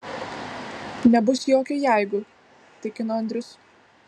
nebus jokio jeigu tikino andrius